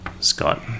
Scott